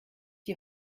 die